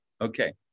Okay